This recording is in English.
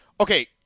Okay